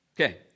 Okay